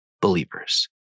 believers